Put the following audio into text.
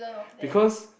because